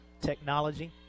technology